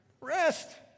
Rest